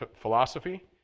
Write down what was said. philosophy